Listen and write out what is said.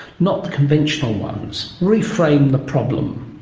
not the conventional ones, reframe the problem.